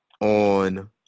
on